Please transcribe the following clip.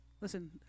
Listen